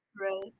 Right